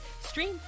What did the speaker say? Stream